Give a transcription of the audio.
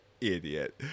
idiot